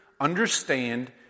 understand